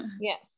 Yes